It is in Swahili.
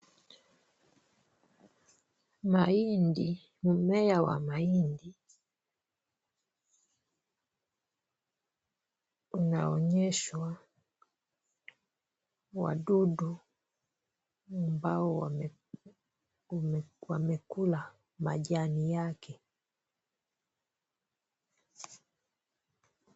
Mahindi, mmea wa mahindi unaonyeshwa wadudu ambao wamekula majani yake.